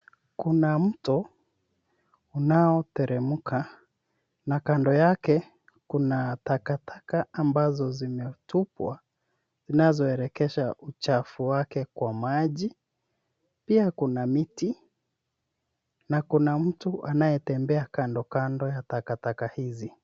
Kuna mto unaoteremka na kando yake kuna takataka ambazo zimetupwa zinazoelekesha uchafu wake kwa maji. Pia kuna miti na kuna mtu anayetembea kando kando ya takataka hizi.